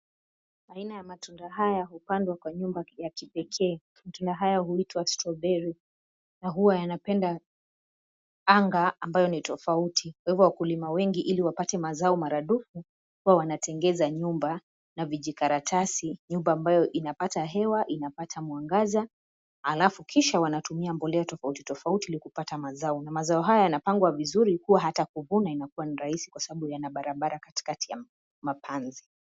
Aina ya matunda haya hupandwa kwenye nyumba ya kipekee. Matunda haya huitwa strawberry na huwa yanapenda anga ambayo ni tofauti. Kwa ivo wakulima wengi ili wapate mazao maradufu, huwa wanatengeza nyumba na vijikaratasi. Nyumba ambayo inapata hewa, inapata mwangaza, alafu kisha wanatumia mbolea tofauti tofauti ili kupata mazao. Na mazao hayo yanapangwa vizuri kuwa ata kuvuna inakuwa ni rahisi kwa sababu yana barabara katikati ya mapanzi.